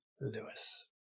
Lewis